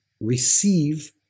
receive